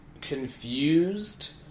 confused